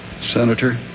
Senator